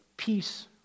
peace